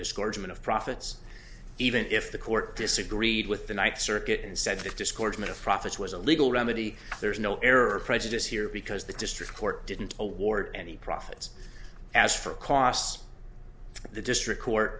discouragement of prophets even if the court disagreed with the ninth circuit and said that discouragement of profits was a legal remedy there's no error prejudice here because the district court didn't award any profits as for costs the district court